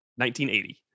1980